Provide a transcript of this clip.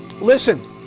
Listen